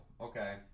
okay